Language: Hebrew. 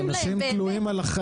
אנשים מחזיקים את החבל.